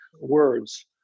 words